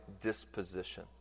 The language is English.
disposition